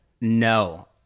No